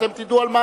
אתם תדעו,